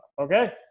Okay